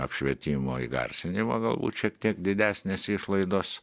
apšvietimo įgarsinimo galbūt šiek tiek didesnės išlaidos